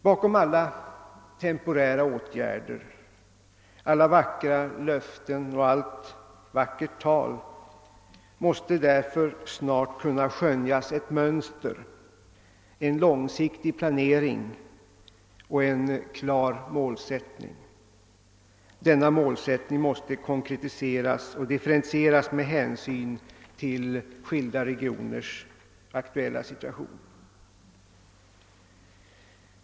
Bakom alla temporära åtgärder, alla vackra löften och allt vackert tal måste därför snart kunna skönjas ett mönster, en långsiktig planering och en klar målsättning. Denna målsättning måste konkretiseras och differentieras med hänsyn till skilda regioners aktuella situation.